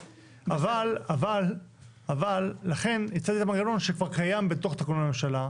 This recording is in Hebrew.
אבל לכן הצעתי את המנגנון שכבר קיים בתוך תקנון הממשלה,